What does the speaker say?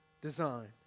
design